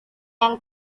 yang